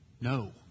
No